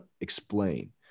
explain